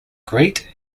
great